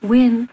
Win